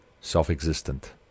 self-existent